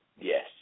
Yes